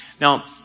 Now